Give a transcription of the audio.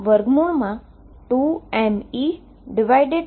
તો તે 2mE2 છે